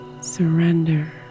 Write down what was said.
surrender